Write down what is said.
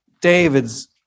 David's